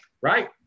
right